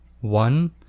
One